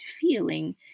feeling